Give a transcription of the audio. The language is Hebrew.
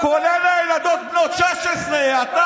הכול בסדר,